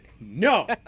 No